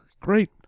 Great